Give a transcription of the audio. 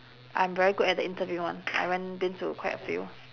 I'm very good at the interview [one] I went been to quite a few